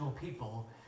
people